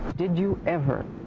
did you ever